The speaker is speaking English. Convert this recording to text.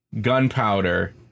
Gunpowder